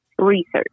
research